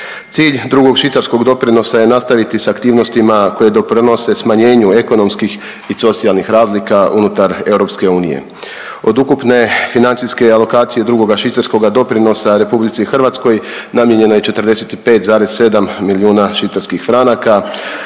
Cilj Drugog švicarskog doprinosa je nastaviti s aktivnostima koje doprinose smanjenju ekonomskih i socijalnih razlika unutar EU. Od ukupne financijske alokacije Drugoga švicarskoga doprinosa RH namijenjeno je 45,7 milijuna švicarskih franaka.